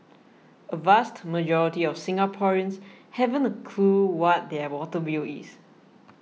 a vast majority of Singaporeans haven't a clue what their water bill is